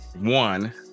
one